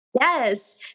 Yes